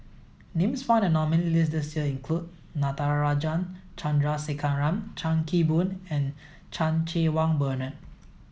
names found in the nominees' list this year include Natarajan Chandrasekaran Chan Kim Boon and Chan Cheng Wah Bernard